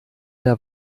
der